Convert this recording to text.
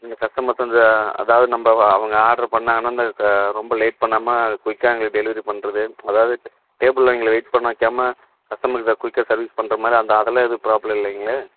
இந்த கஸ்டமர்ஸ் வந்து அதாவது நம்ப வ அவங்க ஆர்டர் பண்ணிணாங்கன்னா அந்த க ரொம்ப லேட் பண்ணாமல் குயிக்கா எங்களுக்கு டெலிவரி பண்ணுறது அதாவது டேபுளில் எங்களை வெய்ட் பண்ண வைக்காம கஸ்டமர்க்கிட்ட குயிக்காக சர்வீஸ் பண்ணுற மாதிரி அந்த அதெல்லாம் எதுவும் ப்ராப்ளம் இல்லைங்களே